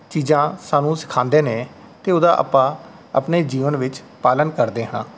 ਚੀਜ਼ਾਂ ਸਾਨੂੰ ਸਿਖਾਉਂਦੇ ਨੇ ਅਤੇ ਉਹਦਾ ਆਪਾਂ ਆਪਣੇ ਜੀਵਨ ਵਿੱਚ ਪਾਲਣ ਕਰਦੇ ਹਾਂ